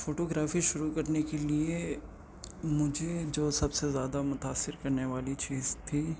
photography شروع کرنے کے لیے مجھے جو سب سے زیادہ متاثر کرنے والی چیز تھی